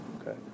Okay